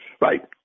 Right